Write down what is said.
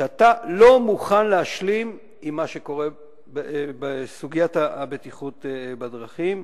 שאתה לא מוכן להשלים עם מה שקורה בסוגיית הבטיחות בדרכים,